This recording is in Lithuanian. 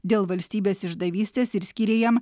dėl valstybės išdavystės ir skyrė jam